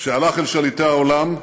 כשהלך אל שליטי העולם,